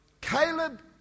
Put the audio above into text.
Caleb